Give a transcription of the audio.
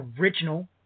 original